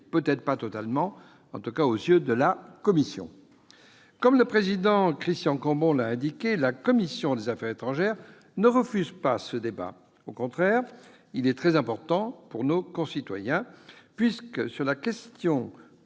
peut-être pas totalement, en tout cas aux yeux de la commission. Comme l'a indiqué le président Christian Cambon, la commission des affaires étrangères ne refuse pas ce débat. Au contraire, celui-ci est très important pour nos concitoyens puisque, sur la question